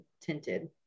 tinted